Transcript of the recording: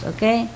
Okay